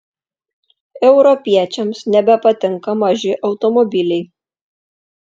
europiečiams nebepatinka maži automobiliai